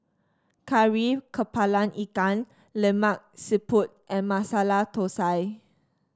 Kari kepala Ikan Lemak Siput and Masala Thosai